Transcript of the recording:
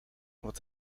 wat